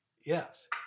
Yes